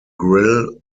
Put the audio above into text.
grill